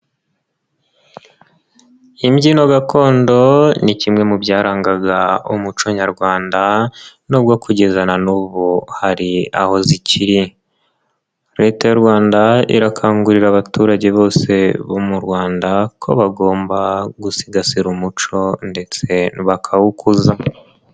Imbyino gakondo ni kimwe mu byarangaga umuco nyarwanda n'ubwo kugeza na n'ubu hari aho zikiri. Leta y'u Rwanda irakangurira abaturage bose bo mu Rwanda ko bagomba gusigasira umuco ndetse bakawukuza.